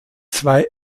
zwei